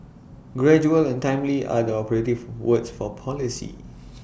gradual and timely are the operative words for policy